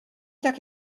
tak